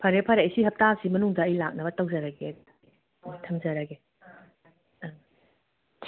ꯐꯔꯦ ꯐꯔꯦ ꯑꯩ ꯁꯤ ꯍꯞꯇꯥ ꯁꯤ ꯃꯅꯨꯡꯗ ꯂꯥꯛꯅꯕ ꯇꯧꯖꯔꯒꯦ ꯊꯝꯖꯔꯒꯦ